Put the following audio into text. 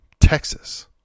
Texas